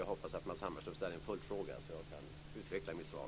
Jag hoppas att Matz Hammarström ställer en följdfråga så att jag kan utveckla mitt svar.